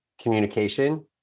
communication